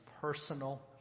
personal